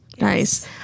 nice